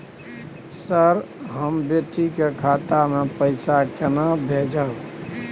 Sir, हम बेटी के खाता मे पैसा केना भेजब?